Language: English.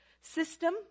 system